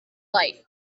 light